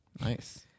Nice